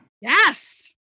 yes